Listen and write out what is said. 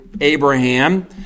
Abraham